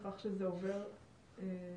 לכך שזה עובר למשטרה,